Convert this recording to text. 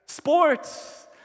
Sports